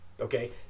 Okay